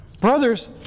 Brothers